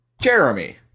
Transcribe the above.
Jeremy